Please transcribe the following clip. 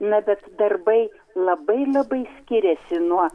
na bet darbai labai labai skiriasi nuo